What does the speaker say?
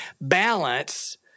balance